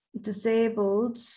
disabled